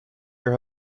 your